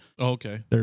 Okay